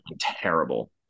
terrible